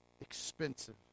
expensive